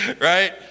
Right